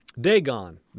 Dagon